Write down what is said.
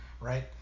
right